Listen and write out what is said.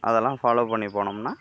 அதெல்லாம் ஃபாலோ பண்ணி போனோம்னா